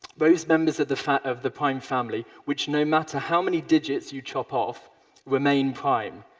those members of the of the prime family which no matter how many digits you chop off remain prime,